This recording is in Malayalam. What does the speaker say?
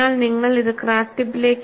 അതിനാൽ നിങ്ങൾ ഇത് ക്രാക്ക് ടിപ്പ്